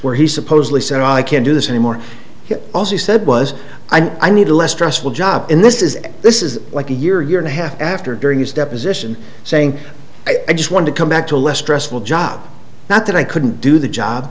where he supposedly said i can't do this anymore he also he said was i need a less stressful job in this is this is like a year year and a half after during his deposition saying i just want to come back to a less stressful job not that i couldn't do the job